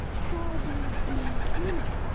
helbi inkeni.